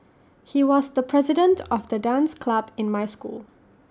he was the president of the dance club in my school